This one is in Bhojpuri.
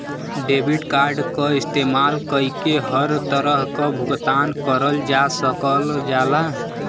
डेबिट कार्ड क इस्तेमाल कइके हर तरह क भुगतान करल जा सकल जाला